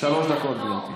שלוש דקות, גברתי.